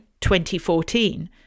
2014